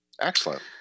Excellent